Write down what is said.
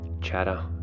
chatter